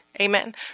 amen